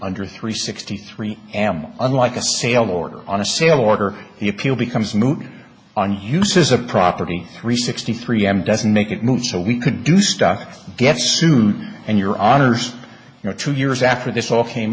under three sixty three am unlike a sale or on a sale order the appeal becomes move on hugh says a property three sixty three m doesn't make it move so we could do stuff get sued and your honour's you know two years after this all came